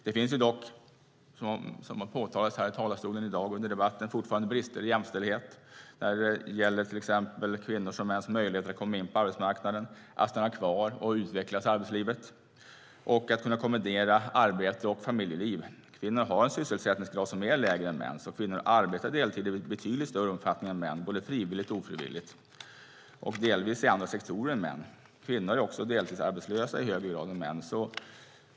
Det finns dock, som har påtalats här i talarstolen i dag under debatten, fortfarande brister i jämställdhet när det gäller till exempel kvinnors och mäns möjligheter att komma in på arbetsmarknaden, att stanna kvar och att utvecklas i arbetslivet och att kunna kombinera arbete och familjeliv. Kvinnor har en sysselsättningsgrad som är lägre än mäns. Kvinnor arbetar deltid i betydligt större omfattning än män, både frivilligt och ofrivilligt, och delvis i andra sektorer än män. Kvinnor är också deltidsarbetslösa i högre grad än män.